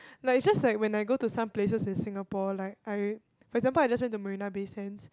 like just like when I go to some places in Singapore like I for example I just went to Marina-Bay-Sands